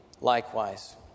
likewise